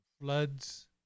floods